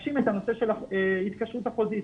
להגשים את הנושא של ההתקשרות החוזית.